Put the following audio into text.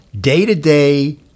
day-to-day